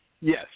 Yes